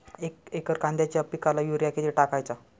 एक एकर कांद्याच्या पिकाला युरिया किती टाकायचा?